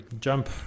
jump